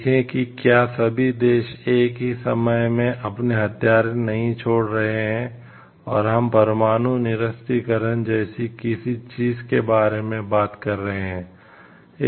देखें कि क्या सभी देश एक ही समय में अपने हथियार नहीं छोड़ रहे हैं और हम परमाणु निरस्त्रीकरण जैसी किसी चीज के बारे में बात कर रहे हैं